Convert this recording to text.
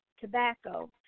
tobacco